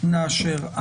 נקרא ונאשר.